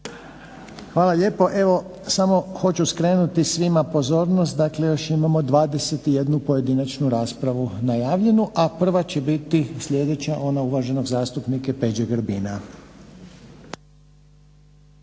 Hvala lijepo. Evo samo hoću skrenuti svima pozornost, dakle još imamo 21 pojedinačnu raspravu najavljenu. A prva će biti sljedeća onog uvaženog zastupnika Peđe Grbina.